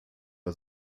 bei